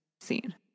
scene